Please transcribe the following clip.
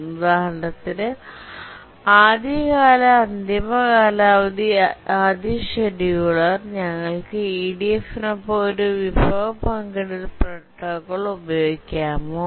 ഉദാഹരണത്തിന് ആദ്യകാല അന്തിമകാലാവധി ആദ്യ ഷെഡ്യൂളർ ഞങ്ങൾക്ക് EDF നൊപ്പം ഒരു വിഭവ പങ്കിടൽ പ്രോട്ടോക്കോൾ ഉപയോഗിക്കാമോ